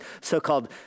so-called